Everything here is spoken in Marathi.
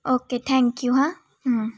ओके थँक्यू हां